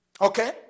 okay